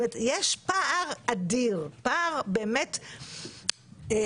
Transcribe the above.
יש פער אדיר, יש